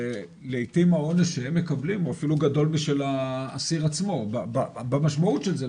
ולעיתים העונש שהם מקבלים הוא אפילו גדול משל האסיר עצמו במשמעות של זה,